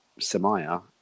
Samaya